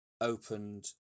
opened